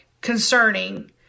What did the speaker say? concerning